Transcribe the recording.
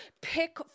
pick